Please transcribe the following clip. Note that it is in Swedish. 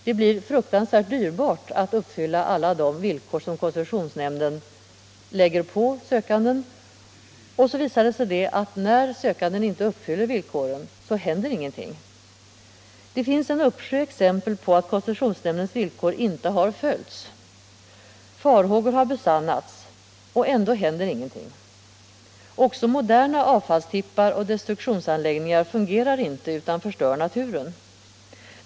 Det blir fruktansvärt dyrbart att uppfylla alla de villkor koncessionsnämnden lägger på sökanden. Och sedan visar det sig, att när sökanden inte uppfyller villkoren händer ingenting. Det finns en uppsjö exempel på att koncessionsnämndens villkor inte har följts. Farhågor har besannats, och ändå händer ingenting. Det finns avfallstippar och destruktionsanläggningar — också moderna sådana — som inte fungerar utan förstör naturen.